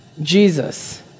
Jesus